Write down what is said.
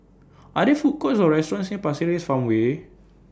Are There Food Courts Or restaurants near Pasir Ris Farmway